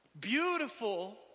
Beautiful